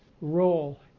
role